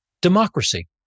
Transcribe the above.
democracy